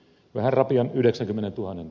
arabian yhdeksänkymmenentuhannen